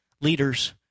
leaders